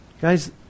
Guys